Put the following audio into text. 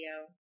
video